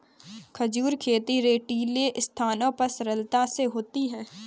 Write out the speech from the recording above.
खजूर खेती रेतीली स्थानों पर सरलता से होती है